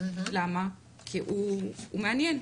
כי הוא מעניין,